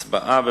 הצבעה.